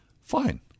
Fine